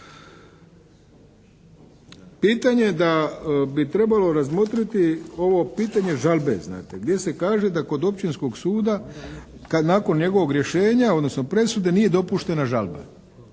pitanje da bi trebalo razmotriti ovo pitanje žalbe znate, gdje se kaže da kod Općinskog suda kad nakon njegovog rješenja, odnosno presude nije dopuštena žalba.